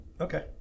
Okay